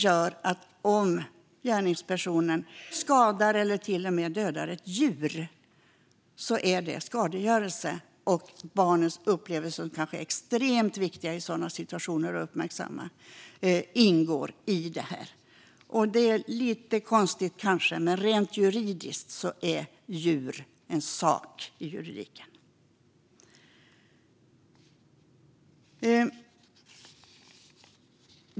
Om gärningspersonen skadar eller till och med dödar ett djur är det skadegörelse, och barnets upplevelse av detta kan vara extremt viktigt att uppmärksamma. Det är kanske lite konstigt, men juridiskt är djur en sak.